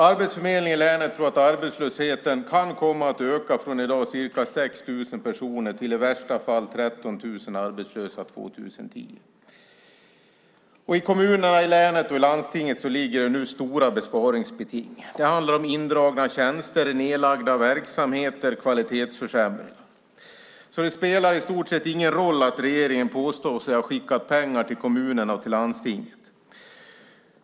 Arbetsförmedlingen i länet tror att arbetslösheten kan komma att öka från i dag ca 6 000 personer till i värsta fall 13 000 arbetslösa 2010. I kommunerna i länet och i landstinget ligger nu stora sparbeting. Det handlar om indragna tjänster, nedlagda verksamheter och kvalitetsförsämringar. Det spelar i stort sett ingen roll att regeringen påstår sig ha skickat pengar till kommunerna och landstinget.